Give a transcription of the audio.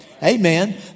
Amen